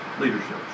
leadership